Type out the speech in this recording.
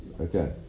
Okay